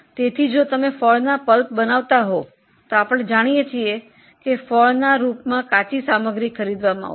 તેથી જો તમે ફળના પલ્પ બનાવતા હોવ તો તેમાં ફળ કાચો માલ સામાન તરીકે ખરીદવામાં આવશે